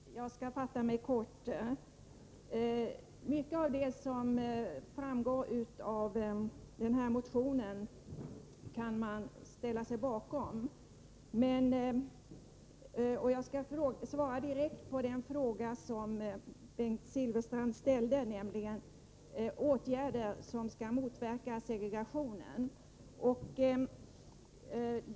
Herr talman! Jag skall fatta mig kort. Mycket av det som skrivs i motionen kan man ställa sig bakom. Jag skall svara direkt på den fråga som Bengt Silfverstrand ställde om åtgärder som kan motverka segregation.